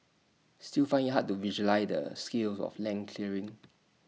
still find IT hard to visualise the scale of land clearing